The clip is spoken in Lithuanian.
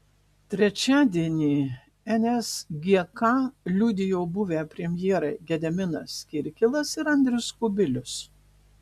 trečiadienį nsgk liudijo buvę premjerai gediminas kirkilas ir andrius kubilius